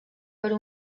per